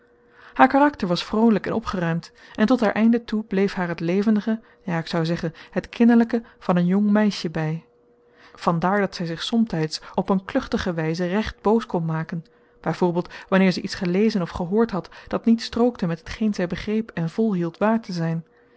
haar karakter was vrolijk en opgeruimd en tot haar einde toe bleef haar het levendige ja ik zoû zeggen het kinderlijke van een jong meisje bij vandaar dat zij zich somtijds op een kluchtige wijze recht boos kon maken bij voorbeeld wanneer zij iets gelezen of gehoord had dat niet strookte met hetgeen zij begreep en volhield waar te zijn